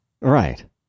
Right